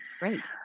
Great